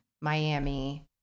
Miami